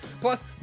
Plus